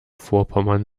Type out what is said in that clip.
vorpommern